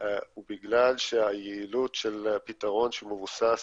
היא בגלל שהיעילות של הפתרון שמבוסס